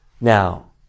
Now